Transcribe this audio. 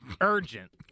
Urgent